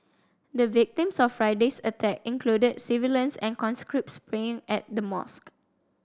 the victims of Friday's attack included civilians and conscripts praying at the mosque